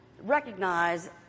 recognize